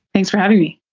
thanks for having me